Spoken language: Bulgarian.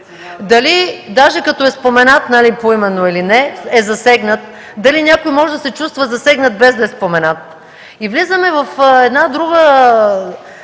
дали, даже като е споменат поименно или не, е засегнат; дали някой може да се чувства засегнат, без да е споменат. И влизаме в една друга